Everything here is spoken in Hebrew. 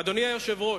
אדוני היושב-ראש,